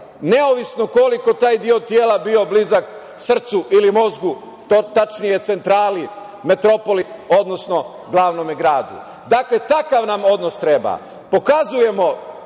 nezavisno koliko taj deo tela bio blizak srcu ili mozgu, tačnije centrali, metropoli, odnosno glavnom gradu. Dakle, takav nam odnos treba. Pokazujemo